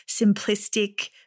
simplistic